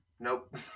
Nope